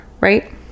right